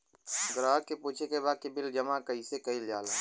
ग्राहक के पूछे के बा की बिल जमा कैसे कईल जाला?